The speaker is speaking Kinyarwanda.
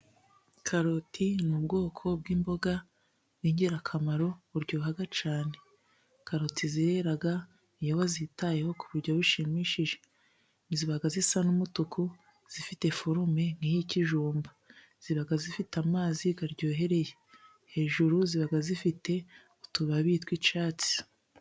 Karoti ni ubwoko bw'imboga bw'ingirakamaro buryoha cyane. Karoti zirera iyo bazitayeho ku buryo bushimishije. Ziba zisa n'umutuku, zifite forume nk'iy'ikijumba. Ziba zifite amazi aryohereye. Hejuru ziba zifite utubabi tw'icyatsi.